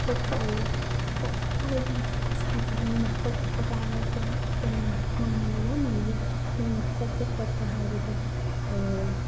ꯐꯣꯠꯄ ꯑꯣꯏꯔꯣ ꯑꯩꯈꯣꯏꯗꯤ ꯈꯨꯠ ꯁꯥ ꯍꯩꯇꯕꯅꯤꯅ ꯐꯣꯠꯄ ꯈꯣꯠꯄ ꯍꯥꯏꯕꯁꯦ ꯇꯦꯂꯦꯟ ꯃꯣꯏꯉꯣꯟꯗ ꯌꯥꯝ ꯂꯩ ꯃꯣꯏꯅ ꯐꯣꯠꯄ ꯈꯣꯠꯄ ꯍꯥꯏꯕꯗ